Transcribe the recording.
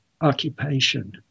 occupation